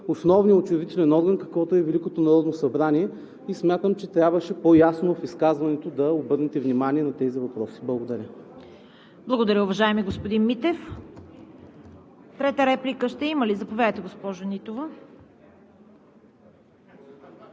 основния учредителен орган, каквото е Великото народно събрание. Смятам, че трябваше по-ясно в изказването да обърнете внимание на тези въпроси. Благодаря. ПРЕДСЕДАТЕЛ ЦВЕТА КАРАЯНЧЕВА: Благодаря, уважаеми господин Митев. Трета реплика ще има ли? Заповядайте, госпожо Нитова.